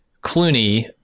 Clooney